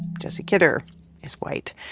jesse kidder is white.